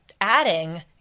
adding